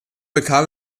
bekam